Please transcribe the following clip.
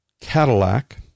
Cadillac